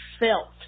felt